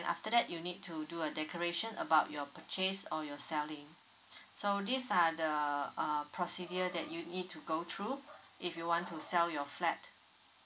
after that you need to do a declaration about your purchase or your selling so these are the uh procedures that you need to go through if you want to sell your flat